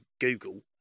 Google